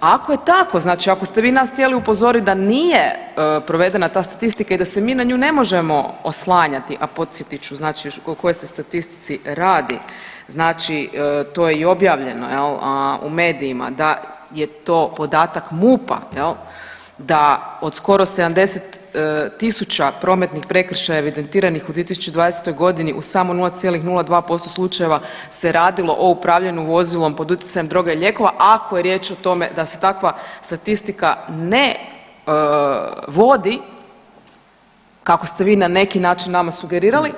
Ako je tako znači ako ste vi nas htjeli upozorit da nije provedena ta statistika i da se mi na nju ne možemo oslanjati, a podsjetit ću znači o kojoj se statistici radi, znači to je i objavljeno jel u medijima da je to podatak MUP-a jel da od skoro 70 tisuća prometnih prekršaja evidentiranih u 2020.g. u samo 0,02% slučajeva se radilo o upravljanju vozilom pod utjecajem droga i lijekova ako je riječ o tome da se takva statistika ne vodi kako ste vi na neki način nama sugerirali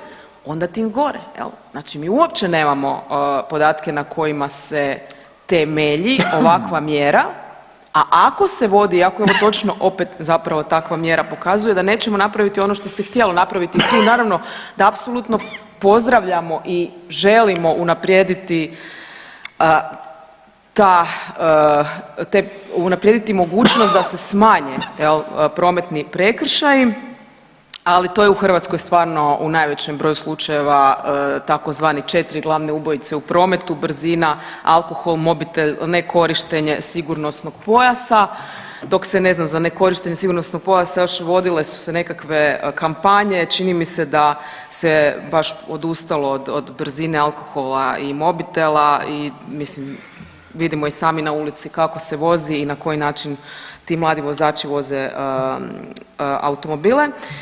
onda tim gore jel znači mi uopće nemamo podatke na kojima se temelji ovakva mjera, a ako se vodi i ako je ovo točno opet zapravo takva mjera pokazuje da nećemo napraviti ono što se htjelo napraviti i tu naravno da apsolutno pozdravljamo i želimo unaprijediti ta, te unaprijediti mogućnost da se smanje jel prometni prekršaji, ali to je u Hrvatskoj stvarno u najvećem broju slučajeva tzv. 4 glavne ubojice u prometu, brzina, alkohol, mobitel, nekorištenje sigurnosnog pojasa dok su se ne znam za nekorištenje sigurnosnog pojasa još, vodile su se nekakve kampanje, čini mi se da se baš odustalo od, od brzine, alkohola i mobitela i mislim vidimo i sami na ulici kako se vozi i na koji način ti mladi vozači voze automobile.